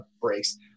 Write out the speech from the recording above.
breaks